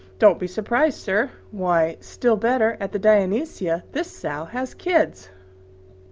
don't be surprised, sir why, still better, at the dionysia this sow has kids!